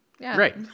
Right